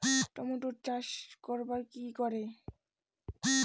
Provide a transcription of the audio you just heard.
টমেটোর চাষ করব কি করে?